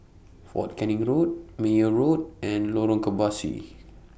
Fort Canning Road Meyer Road and Lorong Kebasi